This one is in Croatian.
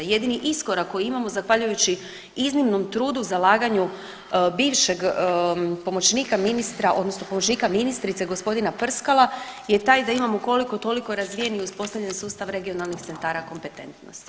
Jedini iskorak koji imamo zahvaljujući iznimnom trudu i zalaganju bivšeg pomoćnika ministra odnosno pomoćnika ministrice g. Prskala je taj da imamo koliko toliko razvijen i uspostavljen sustav regionalnih centara kompetentnosti.